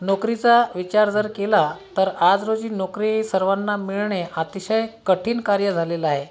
नोकरीचा विचार जर केला तर आज रोजी नोकरी सर्वांना मिळणे अतिशय कठीण कार्य झालेलं आहे